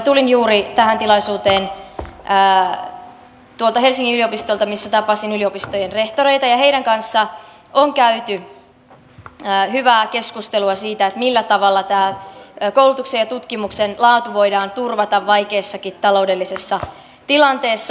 tulin juuri tähän tilaisuuteen tuolta helsingin yliopistolta missä tapasin yliopistojen rehtoreita ja heidän kanssaan on käyty hyvää keskustelua siitä millä tavalla koulutuksen ja tutkimuksen laatu voidaan turvata vaikeassakin taloudellisessa tilanteessa